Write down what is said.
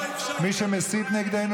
מי שמסית נגדנו,